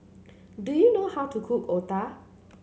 do you know how to cook Otah